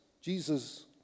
Jesus